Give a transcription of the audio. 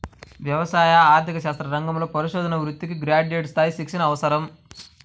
వ్యవసాయ ఆర్థిక శాస్త్ర రంగంలో పరిశోధనా వృత్తికి గ్రాడ్యుయేట్ స్థాయి శిక్షణ అవసరం